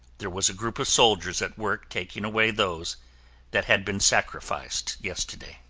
there was a group of soldiers at work taking away those that had been sacrificed yesterday.